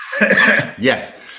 Yes